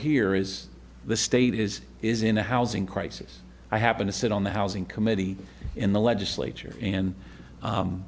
here is the state is is in a housing crisis i happen to sit on the housing committee in the legislature and